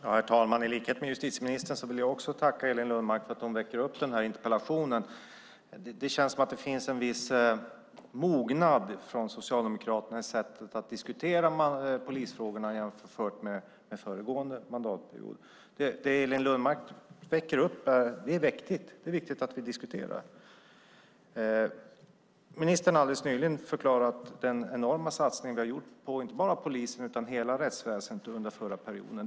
Herr talman! I likhet med justitieministern vill också jag tacka Elin Lundgren för att hon ställt interpellationen. Det känns som att det finns en viss mognad från Socialdemokraterna i sättet att diskutera polisfrågorna jämfört med föregående mandatperiod. Det Elin Lundgren väcker här är det viktigt att vi diskuterar. Ministern har alldeles nyligen förklarat den enorma satsning vi har gjort inte bara på polisen utan hela rättsväsendet under förra perioden.